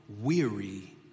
weary